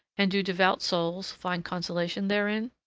and do devout souls find consolation therein?